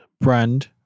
brand